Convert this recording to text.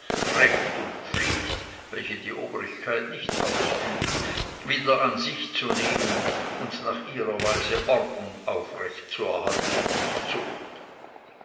recht und pflicht welche die obrigkeit nicht ausübt wieder an sich zu nehmen und nach ihrer weise ordnung aufrecht zu erhalten und zucht